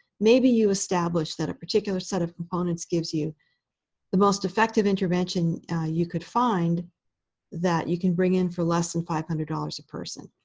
maybe you establish that a particular set of components gives you the most effective intervention you could find that you can bring in for less than five hundred dollars a person.